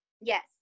yes